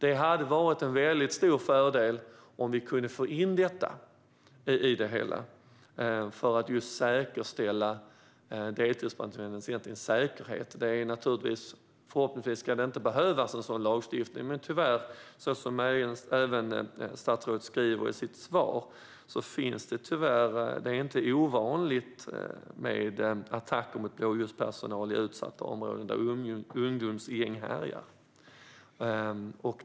Det hade varit en stor fördel om vi kunde få in detta för att just säkerställa deltidsbrandmännens säkerhet. Det ska förhoppningsvis inte behövas en sådan lagstiftning, men tyvärr är det, som statsrådet säger i sitt svar, inte ovanligt med attacker mot blåljuspersonal i utsatta områden där ungdomsgäng härjar.